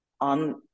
on